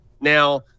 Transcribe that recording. Now